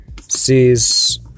sees